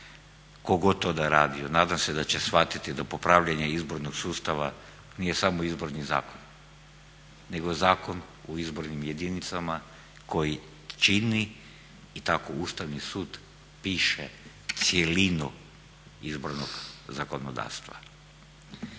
god to da radio nadam se da će shvatiti da popravljanje izbornog sustava nije samo izborni zakon, nego Zakon o izbornim jedinicama koji čini i tako Ustavni sud piše cjelinu izbornog zakonodavstva.